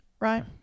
right